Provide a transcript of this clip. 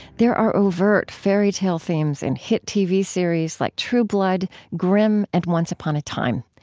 there are overt fairy tale themes in hit tv series like true blood, grimm, and once upon a time.